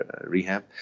rehab